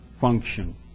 function